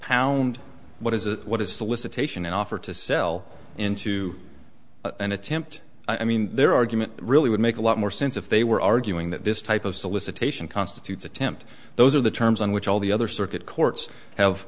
pound what is what is solicitation and offer to sell into an attempt i mean their argument really would make a lot more sense if they were arguing that this type of solicitation constitutes attempt those are the terms on which all the other circuit courts have